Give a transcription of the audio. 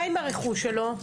מה עם הרכוש שלו?